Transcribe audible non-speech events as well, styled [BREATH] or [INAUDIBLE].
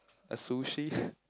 like sushi [BREATH]